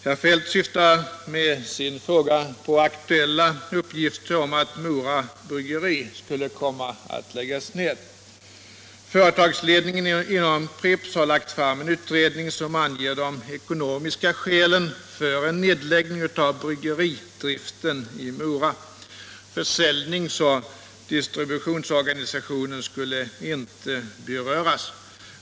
Herr Feldt syftar med sin fråga på aktuella uppgifter om att Mora bryggeri skulle komma att läggas ned. Företagsledningen inom Pripps har lagt fram en utredning som anger de ekonomiska skälen för en nedläggning av bryggeridriften i Mora. Försäljningsoch distributionsorganisationen skulle inte beröras.